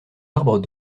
arbres